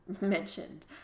mentioned